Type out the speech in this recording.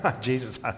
Jesus